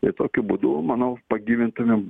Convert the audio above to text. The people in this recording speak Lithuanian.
ir tokiu būdu manau pagyvintumėm